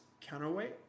counterweight